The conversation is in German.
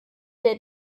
der